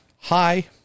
Hi